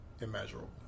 immeasurable